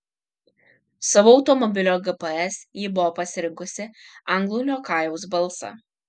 savo automobilio gps ji buvo pasirinkusi anglų liokajaus balsą